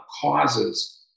causes